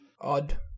odd